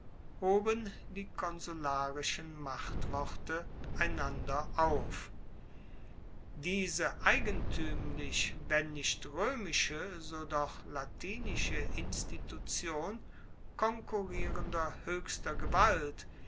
hoben die konsularischen machtworte einander auf diese eigentuemlich wenn nicht roemische so doch latinische institution konkurrierender hoechster gewalt